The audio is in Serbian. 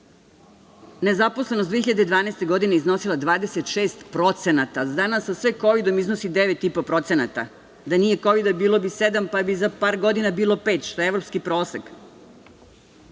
nezaposlenost 2012. godine iznosila 26%, a danas sa sve Kovidom iznosi 9,5%. Da nije Kovida bilo bi 7%, pa bi za par godina bilo 5%, što je evropski prosek. Što